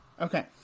Okay